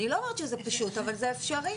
אני לא אומרת שזה פשוט, אבל זה אפשרי.